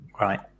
Right